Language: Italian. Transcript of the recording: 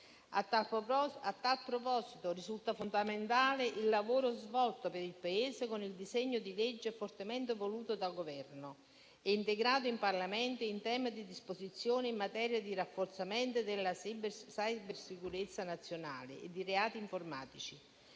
A tal proposito, risulta fondamentale il lavoro svolto per il Paese con il disegno di legge fortemente voluto dal Governo e integrato in Parlamento in tema di disposizioni in materia di rafforzamento della cybersicurezza nazionale e di reati informatici,